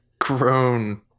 grown